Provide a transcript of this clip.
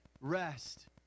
rest